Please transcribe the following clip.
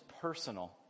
personal